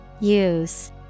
Use